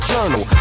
Journal